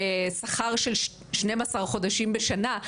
שכר של 12 חודשים בשנה,